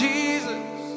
Jesus